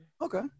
Okay